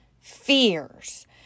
fears